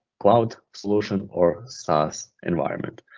cloud solution or saas environment.